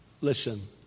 listen